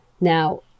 Now